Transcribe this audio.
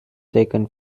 taken